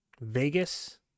Vegas